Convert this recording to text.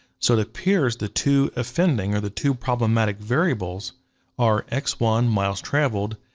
so it appears the two offending, or the two problematic variables are x one, miles traveled,